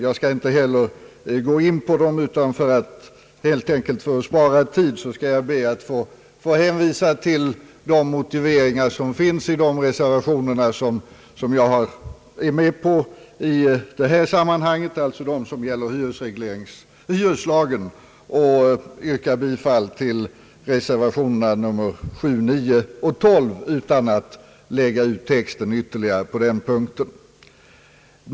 Jag skall inte heller gå in på dem utan helt enkelt för att spara tid be att få hänvisa till de motiveringar som finns i de reservationer vilka jag anslutit mig till i detta sammanhang alltså de som gäller hyreslagen — och yrka bifall till reservationerna VII, IX och XII.